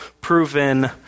proven